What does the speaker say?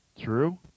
true